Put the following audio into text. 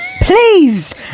please